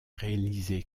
réalisé